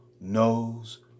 knows